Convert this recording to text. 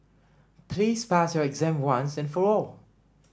please pass your exam once and for all